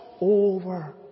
over